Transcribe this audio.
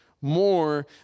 more